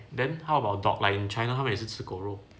then how about dog life in china 他们也是吃狗肉